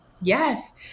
yes